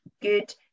good